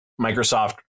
Microsoft